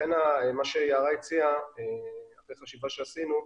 לכן מה שיערה הציעה, אחרי חשיבה שעשינו,